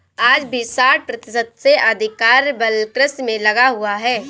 आज भी साठ प्रतिशत से अधिक कार्यबल कृषि में लगा हुआ है